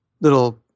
little